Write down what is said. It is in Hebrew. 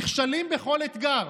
נכשלים בכל אתגר.